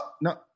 no